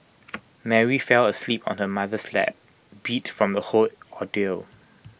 Mary fell asleep on her mother's lap beat from the whole ordeal